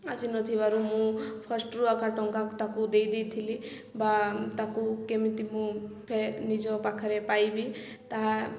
ଆସି ନ ଥିବାରୁ ମୁଁ ଫାଷ୍ଟରୁୁ ଆକା ଟଙ୍କା ତାକୁ ଦେଇ ଦେଇ ଥିଲି ବା ତାକୁ କେମିତି ମୁଁ ଫେ ନିଜ ପାଖରେ ପାଇବି ତାହା